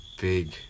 big